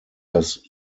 das